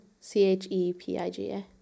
C-H-E-P-I-G-A